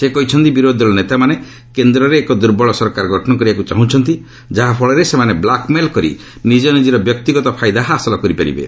ସେ କହିଛନ୍ତି ବିରୋଧୀ ଦଳ ନେତାମାନେ କେନ୍ଦ୍ରରେ ଏକ ଦୁର୍ବଳ ସରକାର ଗଠନ କରିବାକୁ ଚାହୁଁଛନ୍ତି ଫଳରେ ସେମାନେ ବ୍ଲୁକ୍ମେଲ୍ କରି ନିଜ ନିଜର ବ୍ୟକ୍ତିଗତ ଫାଇଦା ହାସଲ କରିବେ